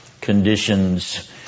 conditions